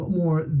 more